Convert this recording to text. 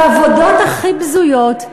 בעבודות הכי בזויות.